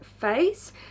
face